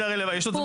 יש עוד זמן.